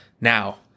Now